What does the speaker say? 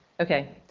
okay.